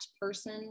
person